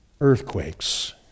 earthquakes